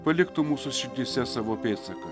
paliktų mūsų širdyse savo pėdsaką